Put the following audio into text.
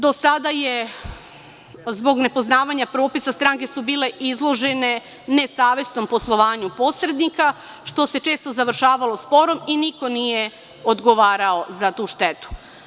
Do sada su, zbog nepoznavanja propisa, stranke bile izložene nesavesnom poslovanju posrednika, što se često završavalo sporom i niko nije odgovarao za tu štetu.